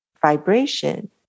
Vibration